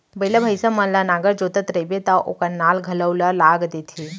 बइला, भईंसा मन ल नांगर जोतत रइबे त ओकर नाल घलौ ल लाग देथे